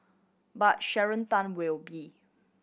but Sharon Tan will be